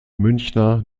münchner